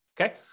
okay